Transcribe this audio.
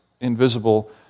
invisible